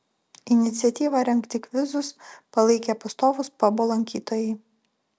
iniciatyvą rengti kvizus palaikė pastovūs pabo lankytojai